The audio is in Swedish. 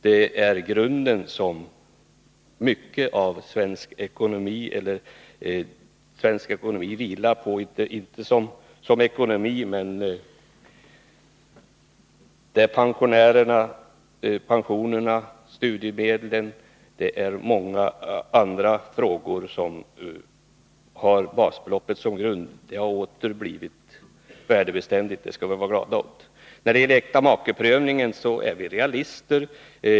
Att basbeloppet åter blivit värdebeständigt skapar ett underlag för pensionerna, studiemedlen och många andra inslag i den svenska ekonomin. Det skall vi vara glada åt. När det gäller makeprövningen är vi realister.